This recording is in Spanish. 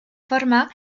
forma